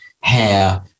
hair